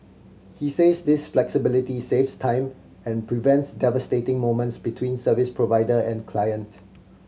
he says this flexibility saves time and prevents devastating moments between service provider and client